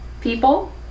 people